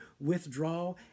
withdraw